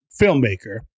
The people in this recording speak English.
filmmaker